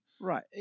Right